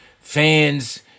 fans